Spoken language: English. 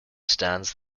stands